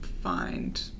find